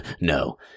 no